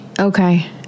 Okay